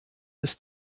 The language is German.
ist